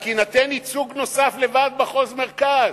רק יינתן ייצוג נוסף לוועד מחוז מרכז.